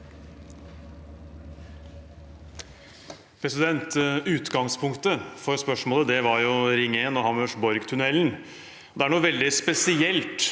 Utgangspunktet for spørsmålet var Ring 1 og Hammersborgtunnelen. Det er noe veldig spesielt